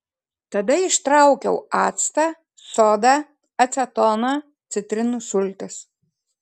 tada ištraukiau actą sodą acetoną citrinų sultis